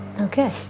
Okay